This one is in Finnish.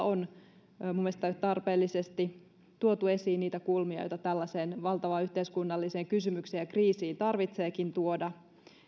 on minun mielestäni tarpeellisesti tuotu esiin niitä kulmia joita tällaiseen valtavaan yhteiskunnalliseen kysymykseen ja kriisiin tarvitseekin tuoda